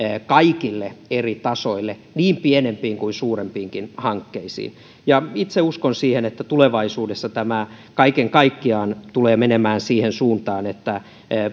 kaikille eri tasoille niin pienempiin kuin suurempiinkin hankkeisiin itse uskon siihen että tulevaisuudessa tämä kaiken kaikkiaan tulee menemään siihen suuntaan että